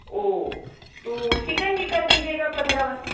اوو تو چکن بھی کر دیجیے گا پندرہ ون